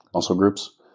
muscle groups,